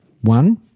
one